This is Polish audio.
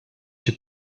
cię